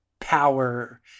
power